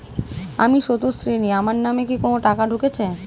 আমি স্রোতস্বিনী, আমার নামে কি কোনো টাকা ঢুকেছে?